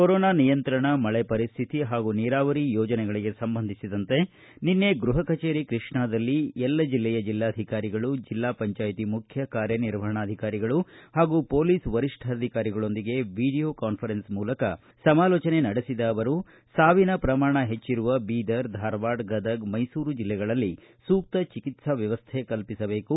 corona ನಿಯಂತ್ರಣ ಮಳೆ ಪರಿಸ್ಥಿತಿ ಹಾಗೂ ನೀರಾವರಿ ಯೋಜನೆಗಳಗೆ ಸಂಬಂಧಿಸಿದಂತೆ ನಿನ್ನೆ ಗ್ಬಹ ಕಚೇರಿ ಕೃಷ್ಣಾದಲ್ಲಿ ಎಲ್ಲ ಜಿಲ್ನಾಧಿಕಾರಿಗಳು ಜಿಲ್ನಾ ಪಂಚಾಯತ್ ಮುಖ್ಯ ಕಾರ್ಯನಿರ್ವಾಪಣಾಧಿಕಾರಿಗಳು ಪಾಗೂ ಮೊಲೀಸ್ ವರಿಷ್ಠಾಧಿಕಾರಿಗಳೊಂದಿಗೆ ವಿಡಿಯೋ ಕಾನ್ಫರೆನ್ಸ್ ಮೂಲಕ ಸಮಾಲೋಚನೆ ನಡೆಸಿದ ಅವರು ಸಾವಿನ ಪ್ರಮಾಣ ಹೆಚ್ಚರುವ ಬೀದರ್ ಧಾರವಾಡ ಗದಗ್ ಮೈಸೂರು ಜಿಲ್ಲೆಗಳಲ್ಲಿ ಸೂಕ್ತ ಚಿಕಿತ್ತಾ ವ್ಯವಸ್ಥೆ ಕಲ್ಲಿಸಬೇಕು